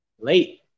Late